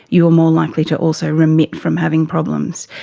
you are more likely to also remit from having problems.